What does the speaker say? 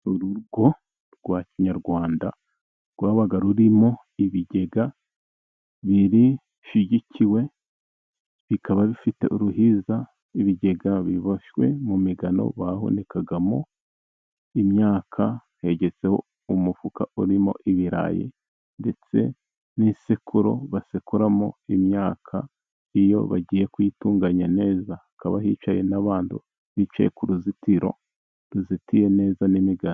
Urugo rwa kinyarwanda rwabaga rurimo ibigega bishyigikiwe, bikaba bifite uruhiza, ibigega biboshywe mu migano bahunikagamo imyaka, hegetseho umufuka urimo ibirayi ndetse n'isekuru basekuramo imyaka, iyo bagiye kuyitunganya neza. Hakaba hicaye n'abantu bicaye ku ruzitiro, ruzitiye neza n'imigano.